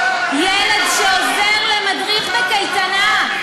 ילד שעוזר למדריך בקייטנה,